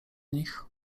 nich